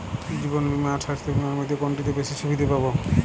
জীবন বীমা আর স্বাস্থ্য বীমার মধ্যে কোনটিতে বেশী সুবিধে পাব?